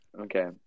Okay